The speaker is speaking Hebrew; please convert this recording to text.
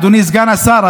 אדוני סגן השר,